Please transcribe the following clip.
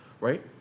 right